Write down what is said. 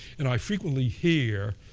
and i frequently hear